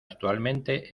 actualmente